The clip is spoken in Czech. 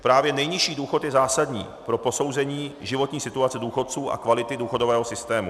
Právě nejnižší důchod je zásadní pro posouzení životní situace důchodců a kvality důchodového systému.